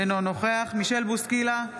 אינו נוכח מישל בוסקילה,